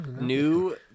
new